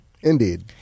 Indeed